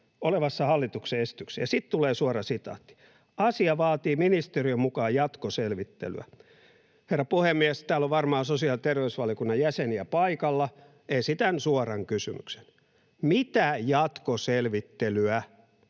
olevassa hallituksen esityksessä. Ja sitten tulee suora sitaatti: ”Asia vaatii ministeriön mukaan jatkoselvittelyä.” Herra puhemies! Täällä on varmaan sosiaali- ja terveysvaliokunnan jäseniä paikalla. Esitän suoran kysymyksen: mitä jatkoselvittelyä